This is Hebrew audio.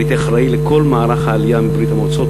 אני הייתי אחראי לכל מערך העלייה מברית-המועצות